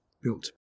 built